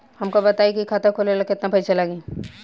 हमका बताई खाता खोले ला केतना पईसा लागी?